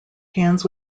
hands